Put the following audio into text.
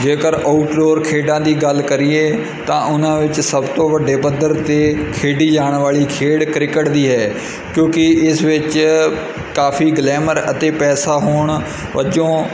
ਜੇਕਰ ਆਊਟਡੋਰ ਖੇਡਾਂ ਦੀ ਗੱਲ ਕਰੀਏ ਤਾਂ ਉਹਨਾਂ ਵਿੱਚ ਸਭ ਤੋਂ ਵੱਡੇ ਪੱਧਰ 'ਤੇ ਖੇਡੀ ਜਾਣ ਵਾਲੀ ਖੇਡ ਕ੍ਰਿਕਟ ਦੀ ਹੈ ਕਿਉਂਕਿ ਇਸ ਵਿੱਚ ਕਾਫੀ ਗਲੈਮਰ ਅਤੇ ਪੈਸਾ ਹੋਣ ਵਜੋਂ